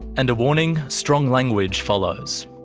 and a warning strong language follows.